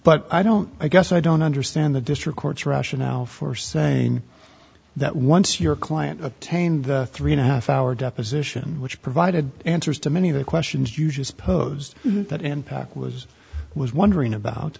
but i don't i guess i don't understand the district court's rationale for saying that once your client obtained three and a half hour deposition which provided answers to many of the questions you just posed that impact was was wondering about